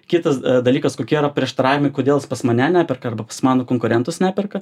kitas dalykas kokie yra prieštaravimai kodėl jis pas mane neperka arba pas mano konkurentus neperka